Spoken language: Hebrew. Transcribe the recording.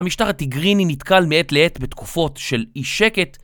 המשטח התיגריני נתקל מעט לעט בתקופות של אי-שקט